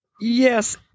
Yes